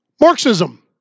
Marxism